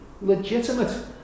Legitimate